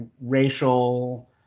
racial